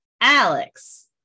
Alex